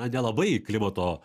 na nelabai klimato